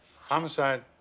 Homicide